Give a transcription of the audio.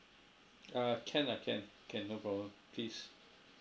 err can lah can can no problem please